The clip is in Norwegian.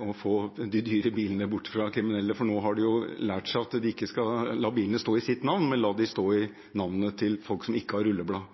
å få de dyre bilene bort fra kriminelle. Nå har de lært seg at de ikke skal la bilene stå i sitt navn, men la dem stå i navnet til folk som ikke har noe på rullebladet.